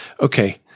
Okay